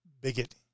bigot